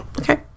Okay